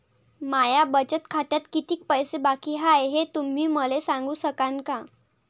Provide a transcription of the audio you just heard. माया बचत खात्यात कितीक पैसे बाकी हाय, हे तुम्ही मले सांगू सकानं का?